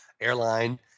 airline